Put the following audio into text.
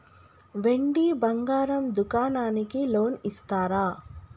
వెండి బంగారం దుకాణానికి లోన్ ఇస్తారా?